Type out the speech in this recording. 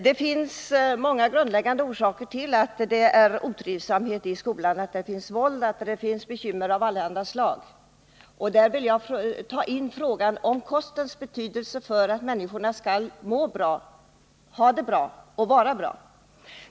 Det finns många grundläggande orsaker till att det är otrivsamt i skolan och till att där förekommer våld och bekymmer av allehanda slag. Jag vill här ta in frågan om kostens betydelse för att människorna skall må bra, ha det bra och vara bra.